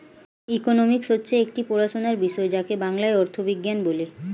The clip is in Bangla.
ইকোনমিক্স হচ্ছে একটি পড়াশোনার বিষয় যাকে বাংলায় অর্থবিজ্ঞান বলে